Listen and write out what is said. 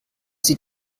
sie